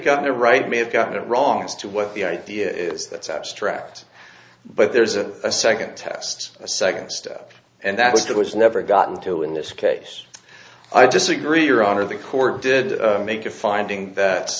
gotten the right may have got it wrong as to what the idea is that's abstract but there's a second test a second step and that's that was never gotten to in this case i disagree your honor the court did make a finding that